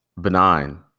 benign